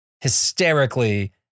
hysterically